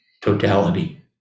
totality